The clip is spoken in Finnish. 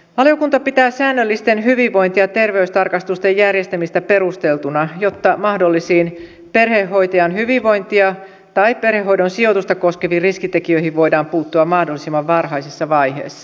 valiokunta pitää säännöllisten hyvinvointi ja terveystarkastusten järjestämistä perusteltuna jotta mahdollisiin perhehoitajan hyvinvointia tai perhehoidon sijoitusta koskeviin riskitekijöihin voidaan puuttua mahdollisimman varhaisessa vaiheessa